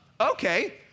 okay